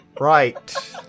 Right